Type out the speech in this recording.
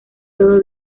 todo